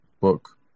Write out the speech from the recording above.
book